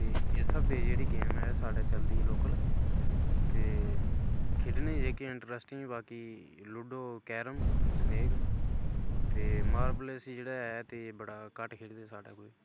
ते इस स्हाबै दी गेम ऐ साढ़ै चलदी ऐ लोकल ते खेढने गी जेह्के इंट्रस्टिंग बाकी लूड़ो कैरम सनेक ते मारवलस जेह्ड़ा ऐ बड़ा घट्ट खेढदे न साढ़े लोक